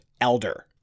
elder